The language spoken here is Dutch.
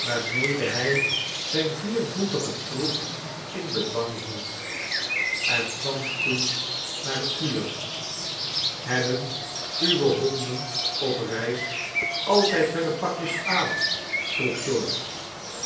waarmede hij zijn viervoetigen troep in bedwang hield en kwam toen naar het vuur hebben uwe honden op reis altijd hunne pakjes aan vroeg short